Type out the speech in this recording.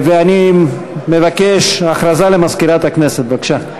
אני מבקש, הכרזה למזכירת הכנסת, בבקשה.